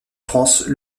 france